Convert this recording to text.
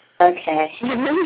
Okay